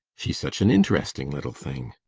she's such an interesting little thing.